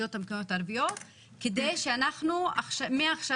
ברשויות המקומיות הערביות כדי שאנחנו מעכשיו